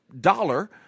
dollar